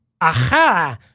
aha